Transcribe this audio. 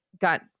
got